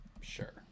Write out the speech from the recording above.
Sure